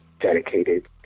dedicated